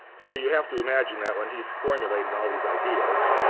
so you have to imagine that when he's formulating all these ideas,